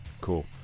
Cool